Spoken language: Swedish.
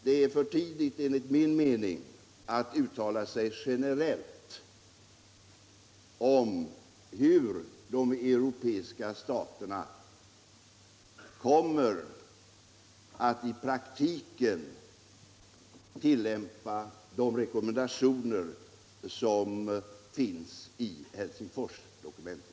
Det är för tidigt — enligt min mening — att uttala sig generellt om hur de europeiska staterna kommer att i praktiken tillämpa de rekommendationer som finns i Helsingforsdokumentet.